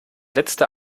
letzte